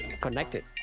connected